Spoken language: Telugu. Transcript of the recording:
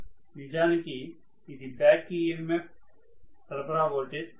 నిజానికి ఇది బ్యాక్ EMF సరఫరా ఓల్టేజ్ కాదు